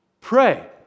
pray